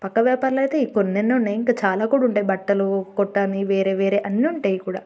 పక్క వ్యాపారాలు అయితే కొన్నేన్నో ఉన్నాయి ఇంకా చాలా కూడా ఉంటాయి బట్టలు కొట్టని వేరేవేరే అన్ని ఉంటాయి కూడా